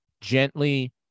gently